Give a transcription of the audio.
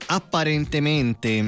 apparentemente